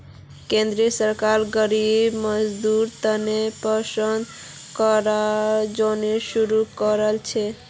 केंद्र सरकार गरीब मजदूरेर तने पेंशन फण्ड योजना शुरू करील छेक